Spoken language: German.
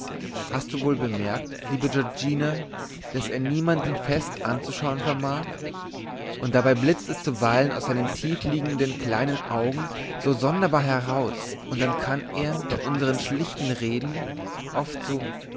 hast du wohl bemerkt liebe giorgina daß er niemanden fest anzuschauen vermag und dabei blitzt es zuweilen aus seinen tiefliegenden kleinen augen so sonderbar heraus und dann kann er bei unsern schlichten reden oft so